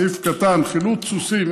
סעיף קטן: חילוץ סוסים.